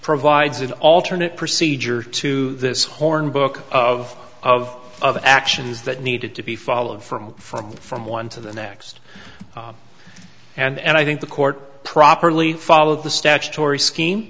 provides an alternate procedure to this hornbook of of other actions that needed to be followed from from from one to the next and i think the court properly followed the statutory scheme